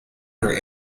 her